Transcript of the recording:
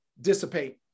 dissipate